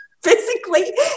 physically